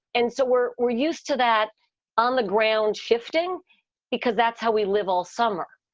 and so we're we're used to that on the ground shifting because that's how we live all summer.